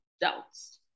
doubts